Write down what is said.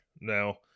Now